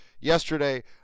Yesterday